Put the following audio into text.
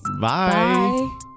Bye